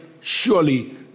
Surely